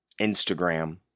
Instagram